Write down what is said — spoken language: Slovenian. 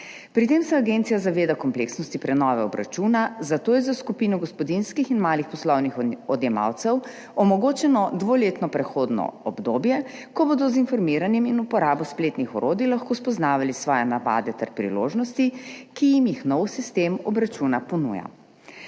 Pri tem se agencija zaveda kompleksnosti prenove obračuna, zato je za skupino gospodinjskih in malih poslovnih odjemalcev omogočeno dvoletno prehodno obdobje, ko bodo z informiranjem in uporabo spletnih orodij lahko spoznavali svoje navade ter priložnosti, ki jim jih nov sistem obračuna ponuja.